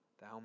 thou